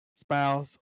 spouse